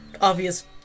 obvious